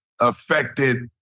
affected